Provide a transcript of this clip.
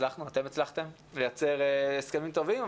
אתם הצלחתם לייצר הסכמים טובים,